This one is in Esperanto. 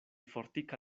fortika